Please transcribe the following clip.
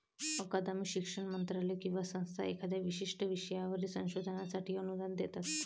अकादमी, शिक्षण मंत्रालय किंवा संस्था एखाद्या विशिष्ट विषयावरील संशोधनासाठी अनुदान देतात